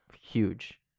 huge